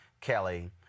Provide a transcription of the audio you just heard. Kelly